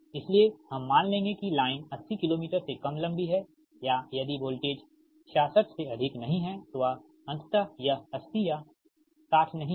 इसलिए हम मान लेंगे कि लाइन 80 किलोमीटर से कम लंबी है या यदि वोल्टेज 66 से अधिक नहीं है तो अंततः यह 80 या 60 नहीं है